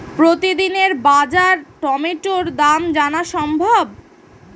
প্রতিদিনের বাজার টমেটোর দাম জানা সম্ভব?